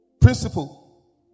principle